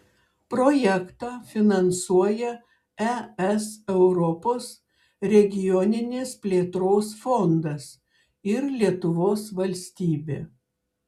projektą finansuoja es europos regioninės plėtros fondas ir lietuvos valstybė